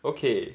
okay